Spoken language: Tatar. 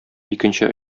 икенче